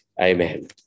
Amen